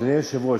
אדוני היושב-ראש,